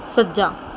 ਸੱਜਾ